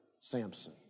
Samson